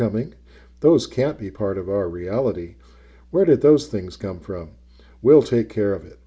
coming those can't be part of our reality where did those things come from we'll take care of it